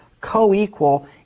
co-equal